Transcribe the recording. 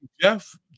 Jeff